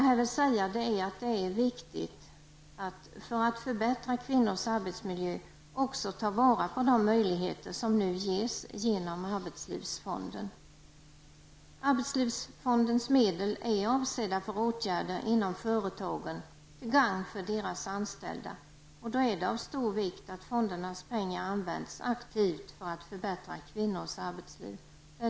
Jag vill här säga att det för att förbättra kvinnors arbetsmiljö är viktigt att också ta vara på de möjligheter som nu ges genom arbetslivsfonden. Arbetslivsfondens medel är avsedda för åtgärder inom företagen till gagn för deras anställda. Då är det av stor vikt att fondernas pengar används aktivt för att förbättra kvinnors arbetsliv.